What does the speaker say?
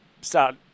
start